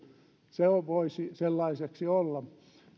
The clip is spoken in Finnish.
se voisi sellaista olla